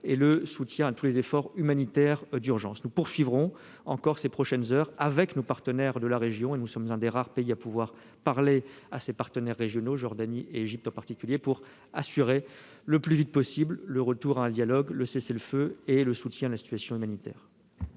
et l'appui à tous les efforts humanitaires d'urgence. Nous poursuivrons ce travail ces prochaines heures avec nos partenaires de la région. Je le répète, nous sommes un des rares pays à pouvoir parler à tous les acteurs régionaux, Jordanie et Égypte en particulier, pour assurer le plus vite possible le retour à un dialogue, le cessez-le-feu et le soutien humanitaire.